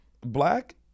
Black